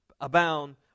abound